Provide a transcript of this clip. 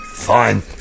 Fine